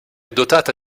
dotata